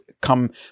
come